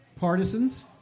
partisans